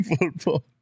football